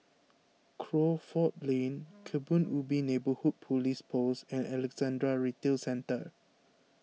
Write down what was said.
Crawford Lane Kebun Ubi Neighbourhood Police Post and Alexandra Retail Centre